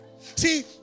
See